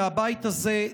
מהבית הזה,